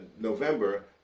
November